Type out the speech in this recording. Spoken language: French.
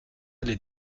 les